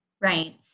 Right